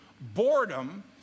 boredom